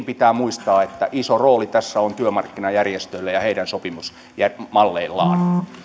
pitää muistaa että iso rooli tässä on työmarkkinajärjestöillä ja heidän sopimusmalleillaan